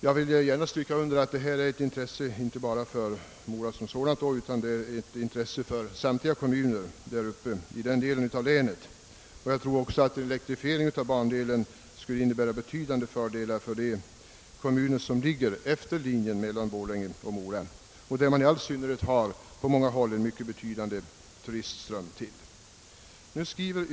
Jag vill gärna understryka att detta är ett intresse inte bara för Mora utan för samtliga kommuner i länets norra del. Jag tror också att en elektrifiering av bandelen skulle medföra avsevärda fördelar för de kommuner som ligger efter linjen Borlänge—Mora, i synnerhet som också turistströmmen på många håll är betydande till dessa trakter.